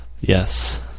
yes